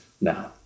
Now